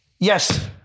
Yes